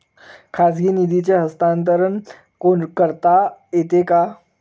खाजगी निधीचे हस्तांतरण करता येते का?